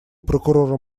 прокурора